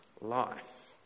life